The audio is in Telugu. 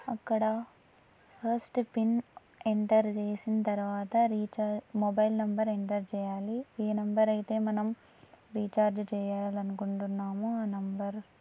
అక్కడ ఫస్ట్ పిన్ ఎంటర్ చేసిన తర్వాత రీఛార్జ్ మొబైల్ నెంబర్ ఎంటర్ చేయాలి ఏ నెంబర్ అయితే మనం రీఛార్జ్ చేయాలి అనుకుంటున్నామో ఆ నెంబర్